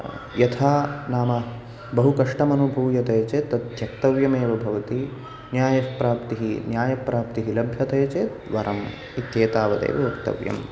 यथा नाम बहु कष्टम् अनुभूयते चेत् तत् त्यक्तव्यम् एव भवति न्यायप्राप्तिः न्यायप्राप्तिः लभ्यते चेत् वरम् इत्येतावदेव वक्तव्यम्